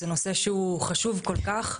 זה נושא שהוא חשוב כל כך.